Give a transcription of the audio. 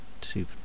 two